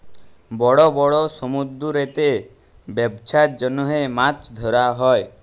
বড় বড় সমুদ্দুরেতে ব্যবছার জ্যনহে মাছ ধ্যরা হ্যয়